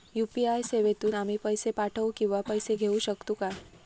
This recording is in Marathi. यू.पी.आय सेवेतून आम्ही पैसे पाठव किंवा पैसे घेऊ शकतू काय?